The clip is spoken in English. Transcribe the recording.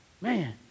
man